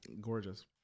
Gorgeous